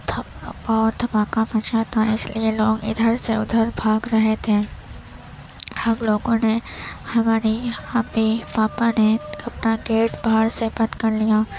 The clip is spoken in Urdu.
تھپ بہت دھماکہ مچا تھا اس لیے لوگ ادھر سے ادھر بھاگ رہے تھے ہم لوگوں نے ہماری امی پاپا نے اپنا گیٹ باہر سے بند کر لیا